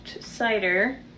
cider